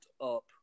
up